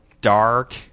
dark